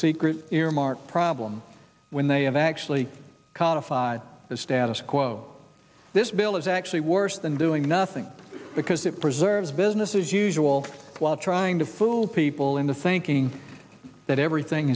secret earmark problem when they have actually codified the status quo this bill is actually worse than doing nothing because it preserves business as usual while trying to fool people into thinking that everything